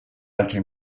altre